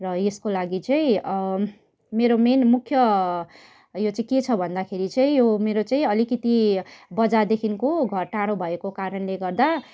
र यसको लागि चाहिँ मेरो मेन मुख्य यो चाहिँ के छ भन्दाखेरि चाहिँ मेरो चाहिँ अलिकति बजारदेखिको घर टाढो भएको कारणले गर्दा